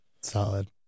Solid